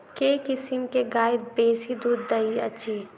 केँ किसिम केँ गाय बेसी दुध दइ अछि?